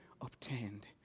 obtained